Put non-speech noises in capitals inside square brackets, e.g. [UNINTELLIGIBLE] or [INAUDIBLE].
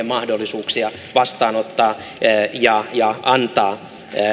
[UNINTELLIGIBLE] mahdollisuuksia vastaanottaa ja ja antaa